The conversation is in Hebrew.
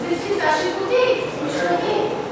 זו תפיסה שיפוטית משפטית.